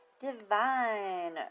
Divine